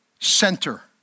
center